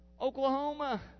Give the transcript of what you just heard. Oklahoma